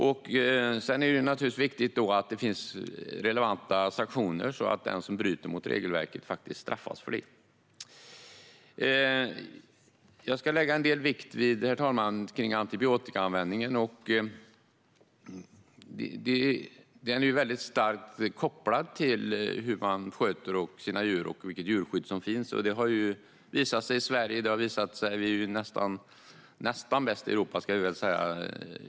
Här är det viktigt att det finns relevanta sanktioner så att den som bryter mot regelverket faktiskt straffas för det. Jag ska, herr talman, lägga en del vikt vid antibiotikaanvändningen. Den är väldigt starkt kopplad till hur man sköter sina djur och vilket djurskydd som finns. Det har visat sig att Sverige är nästan bäst i Europa.